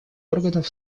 органов